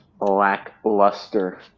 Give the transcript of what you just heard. Lackluster